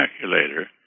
calculator